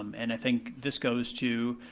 um and i think this goes to,